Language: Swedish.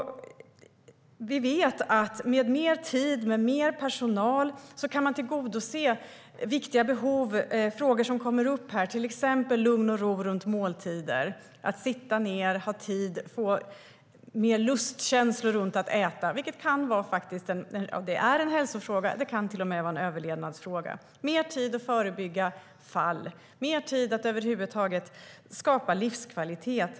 Vi vet att med mer tid och med mer personal kan man tillgodose viktiga behov som tas upp här, till exempel lugn och ro runt måltider, att kunna sitta ned, ha tid och känna lust att äta. Det är en hälsofråga och kan till och med vara en överlevnadsfråga. Det blir mer tid för att förebygga fall, mer tid för att över huvud taget skapa livskvalitet.